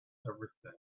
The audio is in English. everything